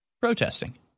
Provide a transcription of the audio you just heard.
protesting